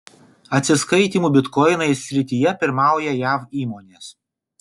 atsiskaitymų bitkoinais srityje pirmauja jav įmonės